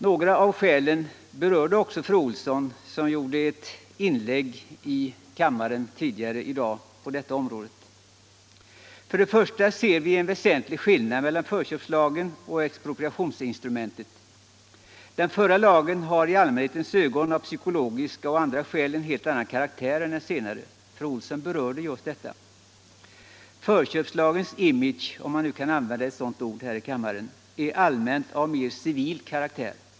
Några av skälen berördes också av fru Olsson i Hölö i hennes inlägg i kammaren tidigare i dag. Först och främst ser vi en väsentlig skillnad mellan förköpslagen och expropriationsinstrumentet. Den förra lagen har i allmänhetens ögon av psykologiska och andra skäl en helt annan karaktär än den senare. Fru Olsson berörde just detta. Förköpslagens image - om man nu kan använda ett sådant ord — är av allmänt mera civil karaktär.